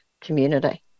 community